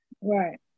right